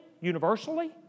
universally